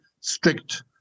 strict